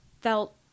felt